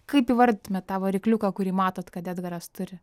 kaip įvardytumėt tą varikliuką kurį matot kad edgaras turi